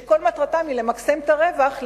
שכל מטרתם היא למקסם את הרווח,